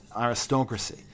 aristocracy